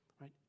right